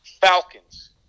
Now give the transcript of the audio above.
Falcons